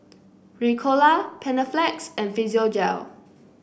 Ricola Panaflex and Physiogel